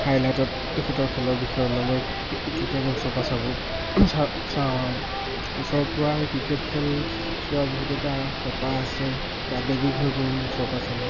হাইলাইটত তেখেতৰ খেলৰ বিষয়ে ওলালে ক্ৰিকেটৰ ওচৰ পা চাব চা চাওঁ আৰু ওচৰৰ পৰা সেই ক্ৰিকেট খেল চোৱা বহুত এটা হেঁপাহ আছে আৱেগিক হৈ পৰিম ওচৰ পা চালে